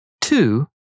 Two